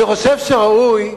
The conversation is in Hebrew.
אני חושב שראוי,